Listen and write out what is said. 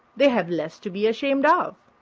they have less to be ashamed of.